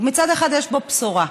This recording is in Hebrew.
ומצד אחד יש בו בשורה,